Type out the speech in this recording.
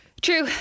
True